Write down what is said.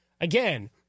Again